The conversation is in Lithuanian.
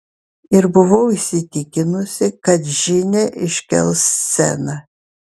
ir buvau įsitikinusi kad džine iškels sceną